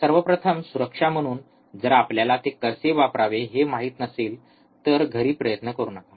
सर्वप्रथम सुरक्षा म्हणून जर आपल्याला ते कसे वापरावे हे माहित नसेल तर घरी प्रयत्न करू नका